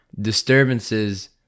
disturbances